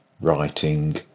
writing